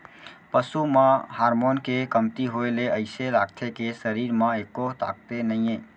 पसू म हारमोन के कमती होए ले अइसे लागथे के सरीर म एक्को ताकते नइये